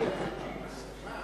שהממשלה אומרת שהיא מסכימה,